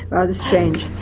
rather strange.